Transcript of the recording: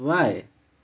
why